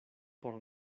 por